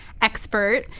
expert